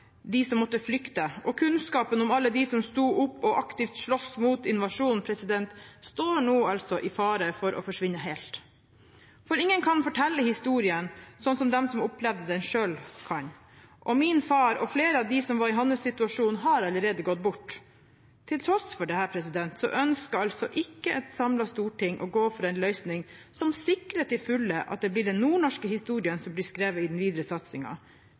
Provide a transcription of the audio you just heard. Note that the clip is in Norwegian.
som måtte flykte, og kunnskapen om alle dem som sto opp og aktivt sloss mot invasjonen, står nå altså i fare for å forsvinne helt. For ingen kan fortelle historien sånn som de som har opplevd den selv, kan. Min far og flere av dem som var i hans situasjon, har allerede gått bort. Til tross for dette ønsker altså ikke et samlet storting å gå for en løsning som sikrer til fulle at det blir den nordnorske historien som blir skrevet i den videre